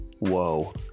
Whoa